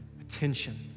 attention